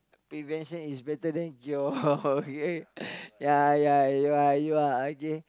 prevention is better than cure okay ya ya you are you are okay